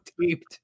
taped